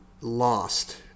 lost